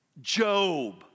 Job